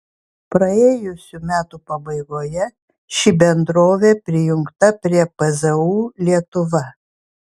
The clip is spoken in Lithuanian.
praėjusių metų pabaigoje ši bendrovė prijungta prie pzu lietuva